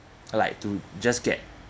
like to just get